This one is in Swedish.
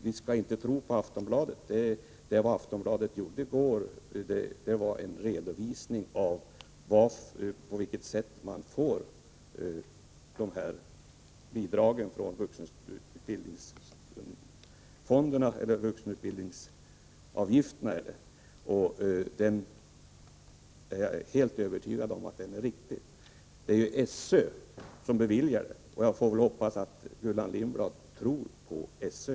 Vi skall inte tro på Aftonbladet, tycker Gullan Lindblad. Aftonbladet hade en redovisning av på vilket sätt man får dessa bidrag av vuxenutbildningsavgiftsmedlen. Jag är övertygad om att den redovisningen är riktig. Det är SÖ som beviljar bidrag, och jag hoppas att Gullan Lindblad i varje fall tror på SÖ.